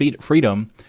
freedom